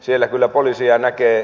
siellä kyllä poliisia näkee